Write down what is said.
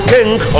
King